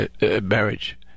marriage